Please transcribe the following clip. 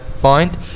point